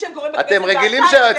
אתם רגילים שהיועצים